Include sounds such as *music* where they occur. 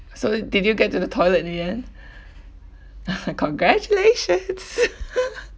so did you get to the toilet in the end *breath* *laughs* congratulations *laughs*